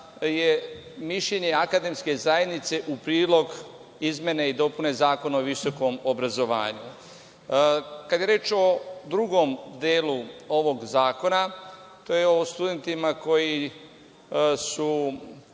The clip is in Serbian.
je mišljenje akademske zajednice u prilog izmene i dopune Zakona o visokom obrazovanju. Kada je reč o drugom delu ovog zakona, to je o studentima koji su